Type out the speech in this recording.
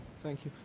thank you.